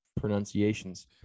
pronunciations